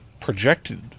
projected